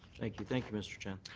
like you. thank you, mr. chen.